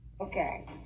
Okay